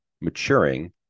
maturing